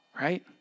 right